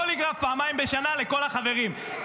פוליגרף פעמיים בשנה לכל החברים,